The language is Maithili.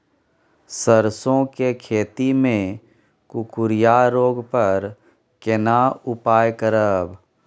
सरसो के खेती मे कुकुरिया रोग पर केना उपाय करब?